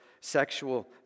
sexual